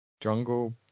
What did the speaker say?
Jungle